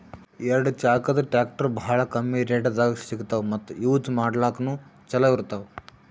ಎರಡ ಚಾಕದ್ ಟ್ರ್ಯಾಕ್ಟರ್ ಭಾಳ್ ಕಮ್ಮಿ ರೇಟ್ದಾಗ್ ಸಿಗ್ತವ್ ಮತ್ತ್ ಯೂಜ್ ಮಾಡ್ಲಾಕ್ನು ಛಲೋ ಇರ್ತವ್